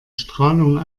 strahlung